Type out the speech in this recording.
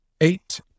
Eight